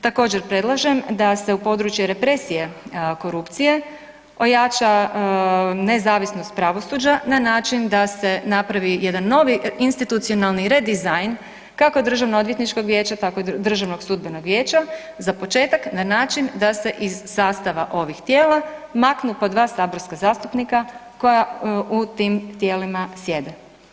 Također predlažem da se u područje represije korupcije ojača nezavisnost pravosuđa na način da se napravi jedan novi institucionalni redizajn kako Državnoodvjetničkog vijeća, tako i Državnog sudbenog vijeća, za početak na način da se iz sastava ovih tijela maknu po 2 saborska zastupnika koja u tim tijelima sjede.